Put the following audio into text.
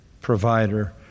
provider